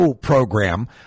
program